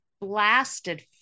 blasted